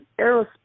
aerospace